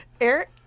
Eric